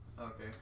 Okay